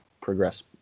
progress